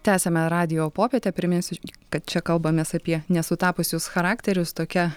tęsiame radijo popietę priminsiu kad čia kalbamės apie nesutapusius charakterius tokia